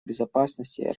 безопасности